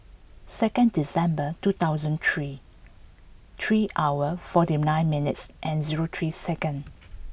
second December two thousand three three hour forty nine minutes and zero three second